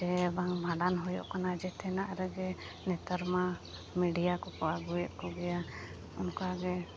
ᱪᱮ ᱵᱟᱝ ᱵᱷᱟᱸᱰᱟᱱ ᱦᱩᱭᱩᱜ ᱠᱟᱱᱟ ᱡᱚᱛᱚᱣᱟᱜ ᱨᱮᱜᱮ ᱱᱮᱛᱟᱨᱢᱟ ᱢᱤᱰᱤᱭᱟ ᱠᱚᱠᱚ ᱟᱹᱜᱩᱭᱮᱫ ᱠᱚᱜᱮᱭᱟ ᱚᱱᱠᱟᱜᱮ